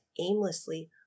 aimlessly